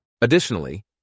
Additionally